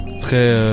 très